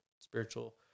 spiritual